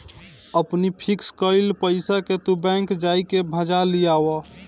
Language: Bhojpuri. अपनी फिक्स कईल पईसा के तू बैंक जाई के भजा लियावअ